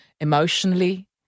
emotionally